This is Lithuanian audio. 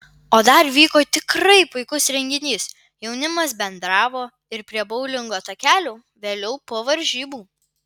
o dar vyko tikrai puikus renginys jaunimas bendravo ir prie boulingo takelių vėliau po varžybų